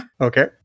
Okay